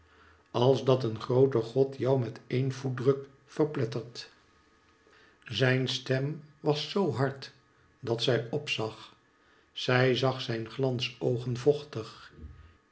als dat een groote god jou met een voetdruk verplettert zijn stem was zoo hard dat zij opzag zij zag zijn giansoogen vochtig